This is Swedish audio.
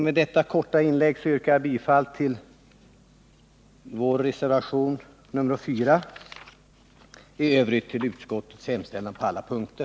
Med detta korta inlägg yrkar jag bifall till vår reservation nr 4 och i övrigt till utskottets hemställan på alla punkter.